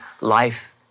Life